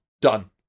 Done